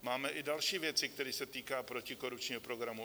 Máme i další věci, které se týkají protikorupčního programu.